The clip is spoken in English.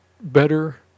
better